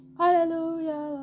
hallelujah